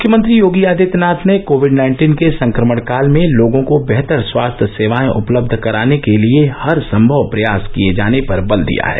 मुख्यमंत्री योगी आदित्यनाथ ने COVID nineteen के संक्रमण काल में लोगों को बेहतर स्वास्थ्य सेवाएं उपलब्ध कराने के लिए हरसंमव प्रयास किए जाने पर बल दिया है